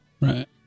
Right